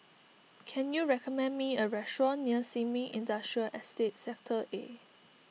can you recommend me a restaurant near Sin Ming Industrial Estate Sector A